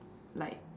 like